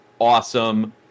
awesome